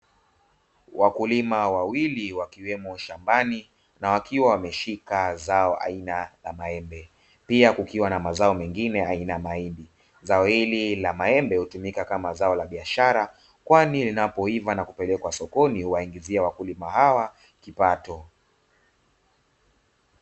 Wakulima wawili wakiwemo shambani na wakiwa wameshika zao aina ya maembe pia kukiwa na mazao mengine aina ya mahindi ,zao hili la maembe hutumika kama zao la biashara kwani linapoiva na kupelekwa sokoni huwaingizia wakulima hawa kipato.